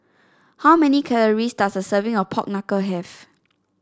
how many calories does a serving of Pork Knuckle have